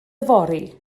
yfory